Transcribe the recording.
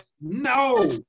No